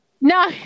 No